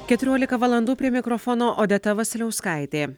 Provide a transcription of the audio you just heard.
keturiolika valandų prie mikrofono odeta vasiliauskaitė